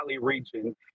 region